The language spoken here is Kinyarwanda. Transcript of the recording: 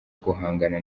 guhangana